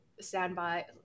standby